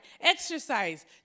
Exercise